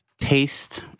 taste